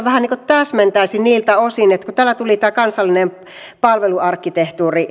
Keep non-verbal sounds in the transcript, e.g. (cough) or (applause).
(unintelligible) vähän täsmentäisin niiltä osin kun täällä tuli tämä kansallinen palveluarkkitehtuuri